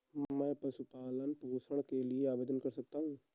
मैं पशु पालन पोषण के लिए आवेदन कैसे कर सकता हूँ?